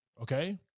okay